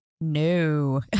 No